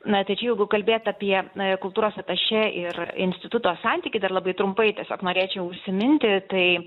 na tai čia jeigu kalbėt apie kultūros atašė ir instituto santykį dar labai trumpai tiesiog norėčiau užsiminti tai